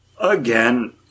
again